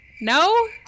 No